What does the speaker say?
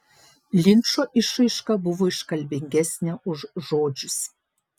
linčo išraiška buvo iškalbingesnė už žodžius